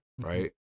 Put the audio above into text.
Right